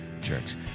Jerks